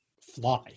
fly